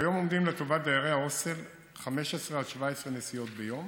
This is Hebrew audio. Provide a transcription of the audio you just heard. כיום עומדות לטובת דיירי ההוסטל 15 17 נסיעות ביום.